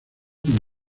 con